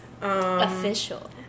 Official